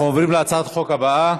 אנחנו עוברים להצעת החוק הבאה: